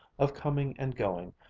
of coming and going,